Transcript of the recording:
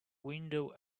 window